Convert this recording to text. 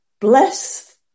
Bless